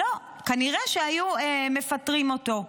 לא, כנראה שהיו מפטרים אותו.